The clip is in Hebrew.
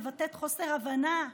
מבטאת חוסר הבנה",